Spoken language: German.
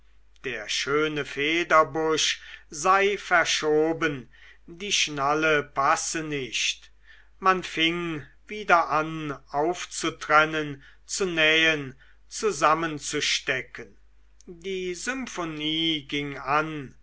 der schöne federbusch sei verschoben die schnalle passe nicht man fing wieder an aufzutrennen zu nähen zusammenzustecken die symphonie ging an